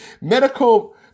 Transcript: medical